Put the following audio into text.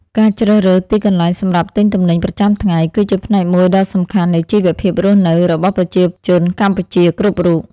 ការជ្រើសរើសទីកន្លែងសម្រាប់ទិញទំនិញប្រចាំថ្ងៃគឺជាផ្នែកមួយដ៏សំខាន់នៃជីវភាពរស់នៅរបស់ប្រជាជនកម្ពុជាគ្រប់រូប។